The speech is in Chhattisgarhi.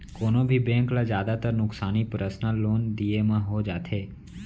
कोनों भी बेंक ल जादातर नुकसानी पर्सनल लोन दिये म हो जाथे